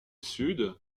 sud